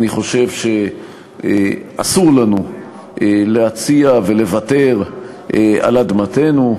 אני חושב שאסור לנו להציע לוותר על אדמתנו,